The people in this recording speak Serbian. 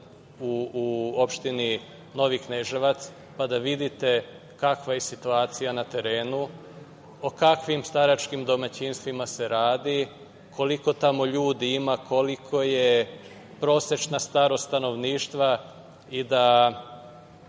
u opštini Novi Kneževac, pa da vidite kakva je situacija na terenu, o kakvim staračkim domaćinstvima se radi, koliko tamo ljudi ima, koliko je prosečna starost stanovništva i da